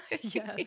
Yes